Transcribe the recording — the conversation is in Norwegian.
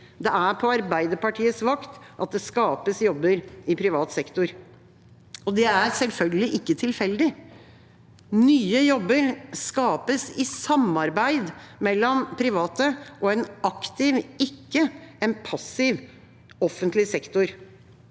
Det er på Arbeiderpartiets vakt at det skapes jobber i privat sektor. Det er selvfølgelig ikke tilfeldig. Nye jobber skapes i samarbeid mellom private og en aktiv, ikke en passiv, offentlig sektor.